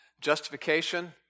Justification